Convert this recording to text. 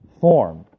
form